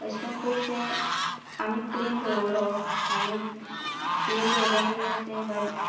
अशें करून खुबशें आमी क्लीन दवरप आनी क्लीन दवरलें की मात्शे तें बरें